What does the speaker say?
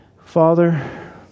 Father